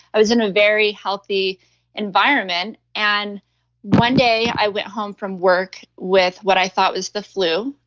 i was in a very healthy environment. and one day, i went home from work with what i thought was the flu.